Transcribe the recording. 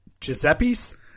Giuseppe's